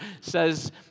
says